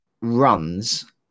runs